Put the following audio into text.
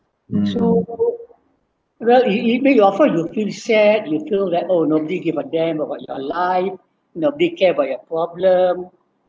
mm so really maybe of course you feel sad you feel like oh nobody give a damn of what it's nobody care about your problem